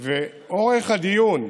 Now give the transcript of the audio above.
אורך הדיון,